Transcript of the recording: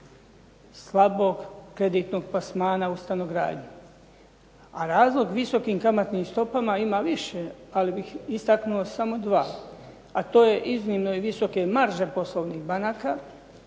slabog kreditnog plasmana u stanogradnji. A razloga visokim kamatnim stopama ima više ali bih istaknuo samo dva a to je iznimno i visoke marže poslovnih banaka